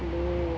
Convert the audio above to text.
oh no